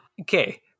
okay